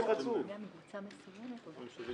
אבל לי יש זכות לדבר, ענת.